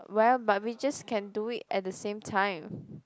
well but we just can do it at the same time